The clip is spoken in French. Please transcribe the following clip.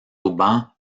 auban